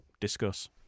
Discuss